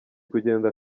kugenda